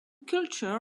culture